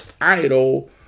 idol